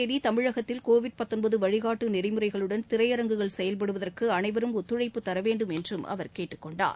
தேதிதமிழகத்தில் Covid வழிகாட்டுநெறிமுறைகளுடன் வரும் பத்தாம் திரையரங்குகள் செயல்படுவதற்குஅனைவரும் ஒத்துழைப்பு தரவேண்டும் என்றும் அவர் கேட்டுக்கொண்டார்